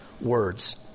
words